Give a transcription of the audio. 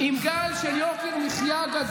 על יוקר המחיה?